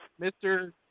Mr